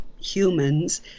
humans